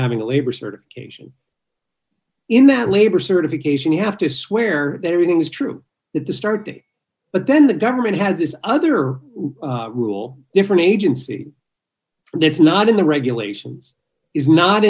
having labor certification in that labor certification you have to swear that everything is true that the started but then the government has this other rule different agency and it's not in the regulations is not